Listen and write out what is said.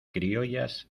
criollas